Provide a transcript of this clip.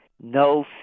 no